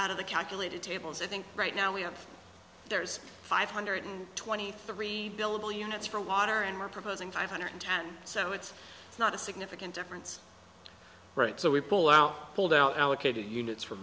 out of the calculated tables i think right now we have there's five hundred twenty three billable units for water and we're proposing five hundred ten so it's not a significant difference so we pull out pulled out allocated units f